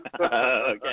Okay